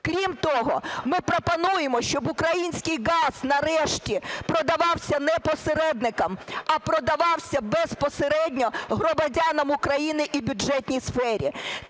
Крім того, ми пропонуємо, щоб український газ нарешті продавався не посередникам, а продавався безпосередньо громадянам України і бюджетній сфері.